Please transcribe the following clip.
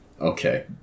Okay